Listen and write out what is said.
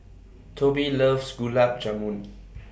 Tobie loves Gulab Jamun